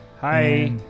Hi